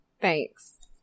thanks